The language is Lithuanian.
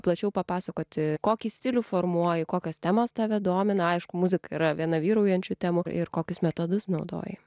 plačiau papasakoti kokį stilių formuoji kokios temos tave domina aišku muzika yra viena vyraujančių temų ir kokius metodus naudoji